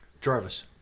Jarvis